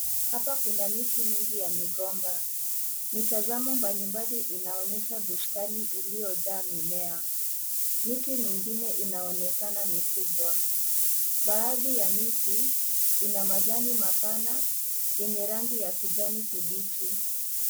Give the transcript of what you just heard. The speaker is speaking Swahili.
Hapa kuna miti mingi ya migomba ,mitazamo mbalimbali inaonyesha bustani iliyojaa mimea miti mingine inaonekana mikubwa baadhi ya miti ina majani mapana yenye rangi ya kijani kibichi.